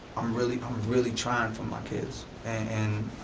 um really um really trying for my kids. and